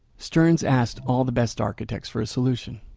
sterns asked all the best architects for a solution.